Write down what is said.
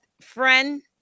friend